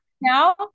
now